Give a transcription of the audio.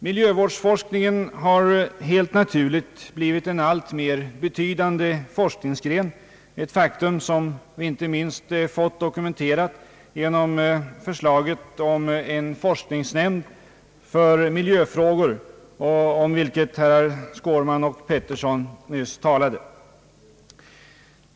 Miljövårdsforskningen har helt naturligt blivit en alltmer betydande forskningsgren; ett faktum som vi inte minst fått dokumenterat genom förslaget om en forskningsnämnd för miljöfrågor, om vilket herr Skårman och herr Pettersson nyss talade.